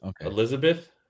Elizabeth